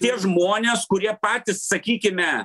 tie žmonės kurie patys sakykime